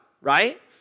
right